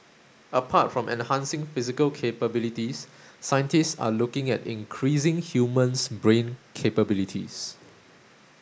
apart from enhancing physical capabilities scientists are looking at increasing human's brain capabilities